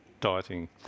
dieting